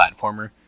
platformer